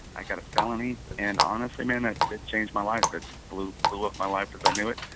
i got a felony. and, honestly, man, ah it changed my life. it blew blew up my life as i knew it.